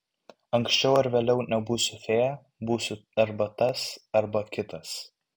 anksčiau ar vėliau nebebūsiu fėja būsiu arba tas arba kitas